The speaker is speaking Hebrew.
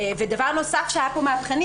דבר נוסף שהיה פה מהפכני,